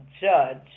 judge